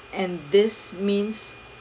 and this means